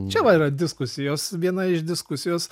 čia va yra diskusijos viena iš diskusijos